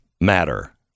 matter